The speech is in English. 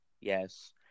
yes